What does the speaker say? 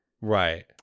Right